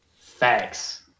Thanks